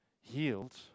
healed